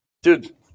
Dude